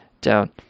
down